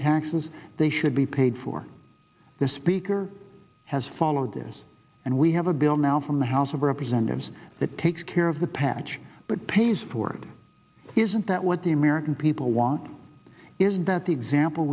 taxes they should be paid for the speaker has followed this and we have a bill now from the house of representatives that takes care of the patch but pays for it isn't that what the american people want is that the example